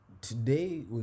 today